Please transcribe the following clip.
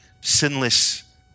sinless